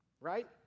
Right